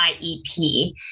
IEP